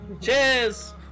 Cheers